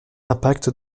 l’impact